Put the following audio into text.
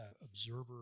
observer